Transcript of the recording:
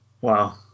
wow